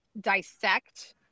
dissect